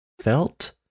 felt